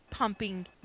pumping